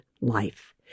life